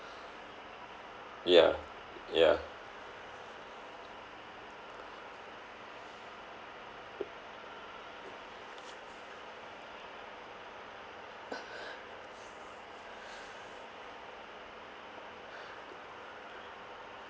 yeah yeah